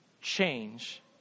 change